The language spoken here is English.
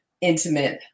intimate